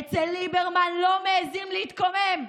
אצל ליברמן לא מעיזים להתקומם,